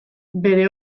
bere